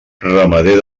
ramader